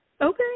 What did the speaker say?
Okay